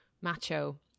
macho